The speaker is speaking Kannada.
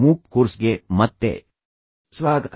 ಮೂಕ್ ಕೋರ್ಸ್ಗೆ ಮತ್ತೆ ಸ್ವಾಗತ